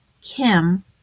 Kim